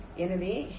எனவே எச்